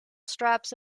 straps